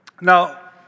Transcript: Now